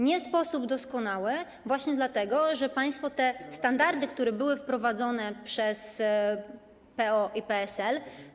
Nie w sposób doskonały, właśnie dlatego że państwo zmienili te standardy, które były wprowadzone przez PO i PSL.